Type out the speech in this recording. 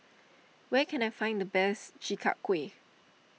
where can I find the best Chi Kak Kuih